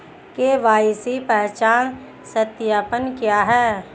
KYC पहचान सत्यापन क्या है?